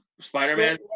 Spider-Man